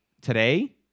today